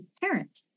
Parent